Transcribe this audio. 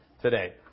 today